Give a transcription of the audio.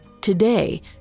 Today